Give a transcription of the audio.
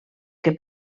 que